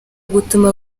gutuma